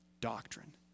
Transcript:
doctrine